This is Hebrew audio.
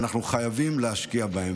ואנחנו חייבים להשקיע בהם.